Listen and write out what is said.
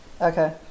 okay